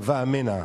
הווה אמינא,